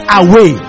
away